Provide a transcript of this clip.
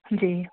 जी